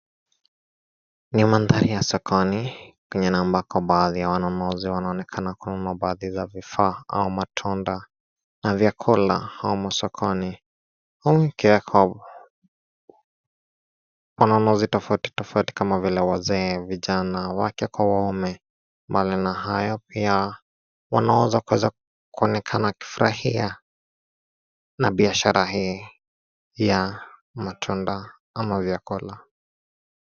Ni mandhari ya sokoni penye na ambako baadhi ya wanunuzi wanaonekana kununua baadhi za vifaa au matunda, na vyakula humu sokoni. Wanunuzi tofauti tofauti kama vile wazee, vijana, wake kwa waume. Mbali na hayo pia wanauza kuweza kuonekana wakifurahia na biashara hii ya matunda ama vyakula.